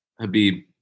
Habib